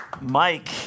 Mike